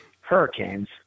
Hurricanes